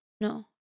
No